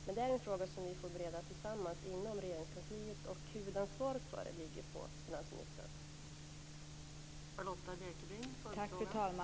Detta är dock en fråga som vi får bereda tillsammans inom Regeringskansliet, och huvudansvaret för det ligger på finansministern.